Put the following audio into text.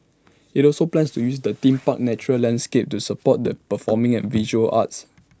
IT also plans to use the theme park's natural landscape to support the performing and visual arts